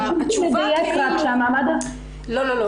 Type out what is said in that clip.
רק חשוב שנדייק שהמעמד הזמני --- לא לא,